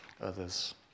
others